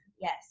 Yes